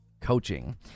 coaching